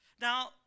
Now